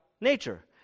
nature